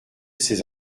ces